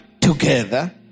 together